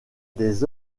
des